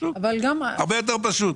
הרבה יותר פשוט.